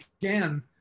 again